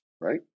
right